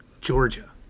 Georgia